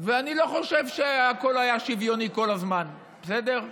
ואני לא חושב שהכול היה שוויוני כל הזמן, בסדר?